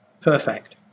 perfect